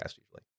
usually